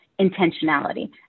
intentionality